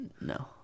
No